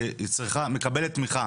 שמקבלת תמיכה